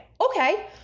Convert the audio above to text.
Okay